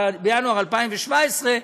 בינואר 2017,